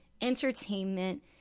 entertainment